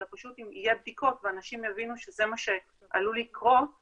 אלא פשוט אם יהיו בדיקות ואנשים יבינו שזה מה שעלול לקרות אז